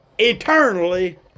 Eternally